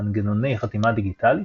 מנגנוני חתימה דיגיטלית,